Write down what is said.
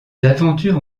aventures